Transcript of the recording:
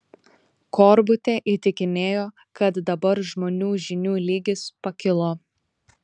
korbutė įtikinėjo kad dabar žmonių žinių lygis pakilo